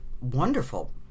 wonderful